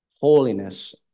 holiness